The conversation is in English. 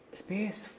space